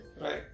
right